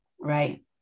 right